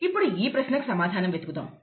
ఇప్పుడు ఈ ప్రశ్నకు సమాధానం వెతుకుదాం